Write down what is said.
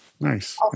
nice